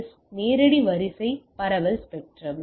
S நேரடி வரிசை பரவல் ஸ்பெக்ட்ரம்